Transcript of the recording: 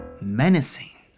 Menacing